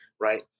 right